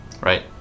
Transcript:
right